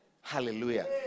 Hallelujah